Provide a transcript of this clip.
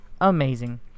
amazing